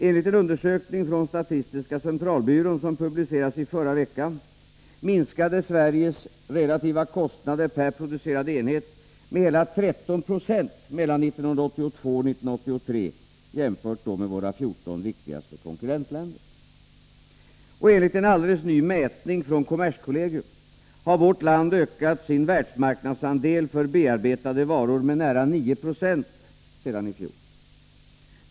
Enligt en undersökning från statistiska centralbyrån, som publicerades förra veckan, minskade Sveriges relativa kostnader per producerad enhet med hela 13 26 mellan 1982 och 1983 jämfört med kostnaderna i våra 14 viktigaste konkurrentländer. Enligt en alldeles ny mätning från kommerskollegium har vårt land ökat sin världsmarknadsandel för bearbetade varor med nära9 20 sedan ii fjol.